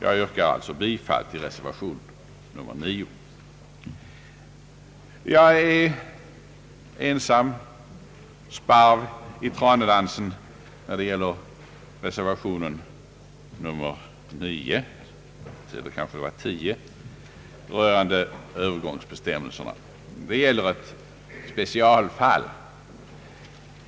Jag yrkar alltså bifall till reservation nr 9. , Jag är ensam sparv i tranedansen i fråga om reservation nr 10 rörande övergångsbestämmelserna. Det gäller ett specialfall.